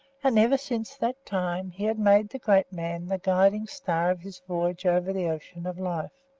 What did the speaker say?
and ever since that time he had made the great man the guiding star of his voyage over the ocean of life,